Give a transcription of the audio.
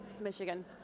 Michigan